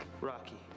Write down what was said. Rocky